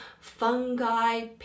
fungi